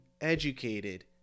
educated